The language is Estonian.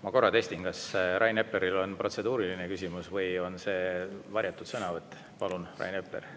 Ma korra testin, kas Rain Epleril on protseduuriline küsimus või on see varjatud sõnavõtt. Palun, Rain Epler!